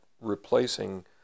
replacing